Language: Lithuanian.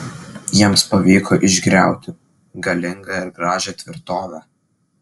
jiems pavyko išgriauti galingą ir gražią tvirtovę